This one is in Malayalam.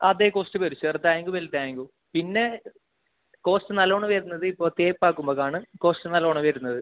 അതെ കോസ്റ്റ് വരും ചെറുതായെങ്കും വലുതായെങ്കും പിന്നെ കോസ്റ്റ് നല്ലോണം വരുന്നത് ഇപ്പോൾ തേപ്പാക്കുമ്പക്കാണ് കോസ്റ്റ് നല്ലോണം വരുന്നത്